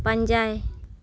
ᱯᱟᱸᱡᱟᱭ